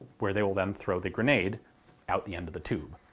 where they will then throw the grenade out the end of the tube.